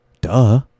duh